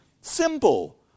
Simple